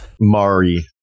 Mari